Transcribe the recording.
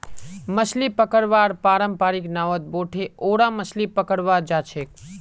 मछली पकड़वार पारंपरिक नावत बोठे ओरा मछली पकड़वा जाछेक